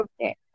okay